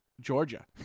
Georgia